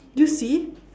do you see